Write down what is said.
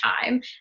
time